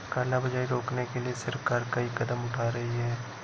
काला बाजारी रोकने के लिए सरकार कई कदम उठा रही है